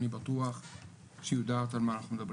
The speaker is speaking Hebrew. אני בטוח שיודעת על מה אנחנו מדברים,